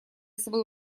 свою